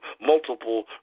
multiple